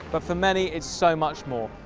but for many it's so much more.